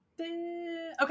Okay